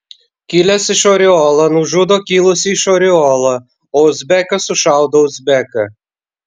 kilęs iš oriolo nužudo kilusį iš oriolo o uzbekas sušaudo uzbeką